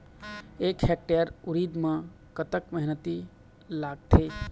एक हेक्टेयर उरीद म कतक मेहनती लागथे?